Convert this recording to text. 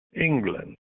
England